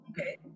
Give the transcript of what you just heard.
Okay